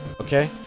okay